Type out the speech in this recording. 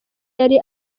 yari